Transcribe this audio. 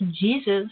Jesus